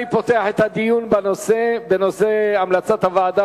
אני פותח את הדיון בנושא המלצת הוועדה